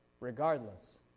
regardless